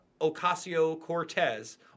Ocasio-Cortez